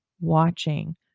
watching